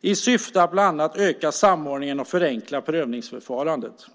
i syfte att bland annat öka samordningen och förenkla prövningsförfarandet.